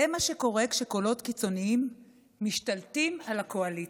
זה מה שקורה כשקולות קיצוניים משתלטים על הקואליציה,